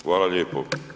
Hvala lijepo.